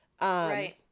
Right